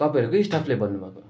तपाईँहरूकै स्टाफले भन्नु भएको